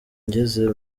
ngeze